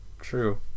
true